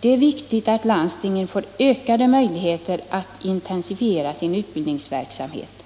Det är viktigt att landstingen får ökade möjligheter att intensifiera sin utbildningsverksamhet.